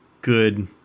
good